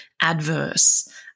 adverse